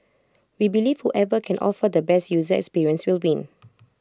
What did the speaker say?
we believe whoever can offer the best user experience will win